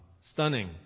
stunning